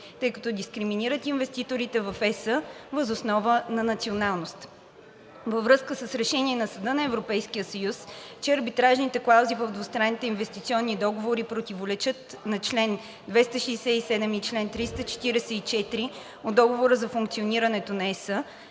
тъй като дискриминират инвеститорите в ЕС въз основа на националност. Във връзка с решение на Съда на Европейския съюз, че арбитражните клаузи в двустранните инвестиционни договори противоречат на чл. 267 и чл. 344 от Договора за функционирането на ЕС,